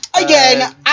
Again